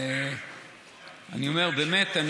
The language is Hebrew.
באמת.